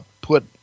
put